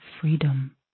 freedom